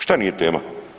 Šta nije tema?